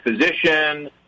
physician